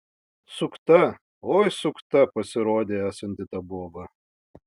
sukta oi sukta pasirodė esanti ta boba